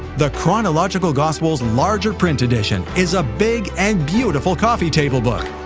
the chronological gospels larger print edition is a big and beautiful coffee table book,